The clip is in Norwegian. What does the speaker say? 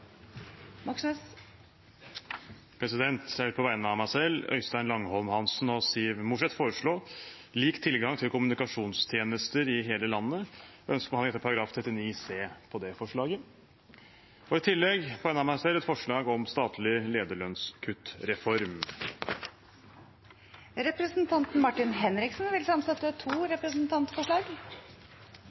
Jeg vil på vegne av meg selv, Øystein Langholm Hansen og Siv Mossleth fremme forslag om lik tilgang til kommunikasjonstjenester i hele landet, og jeg ønsker behandling av det forslaget etter § 39 c. I tillegg vil jeg på vegne av meg selv fremme et forslag om statlig lederlønnskutt-reform. Representanten Martin Henriksen vil fremsette to representantforslag.